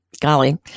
golly